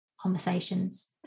conversations